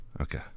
Okay